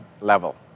level